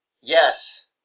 Yes